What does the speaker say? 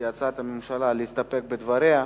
כהצעת הממשלה, להסתפק בדבריה.